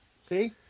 See